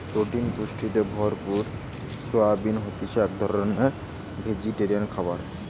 protein পুষ্টিতে ভরপুর soyabean হতিছে এক ধরণকার ভেজিটেরিয়ান খাবার